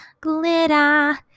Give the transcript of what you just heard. Glitter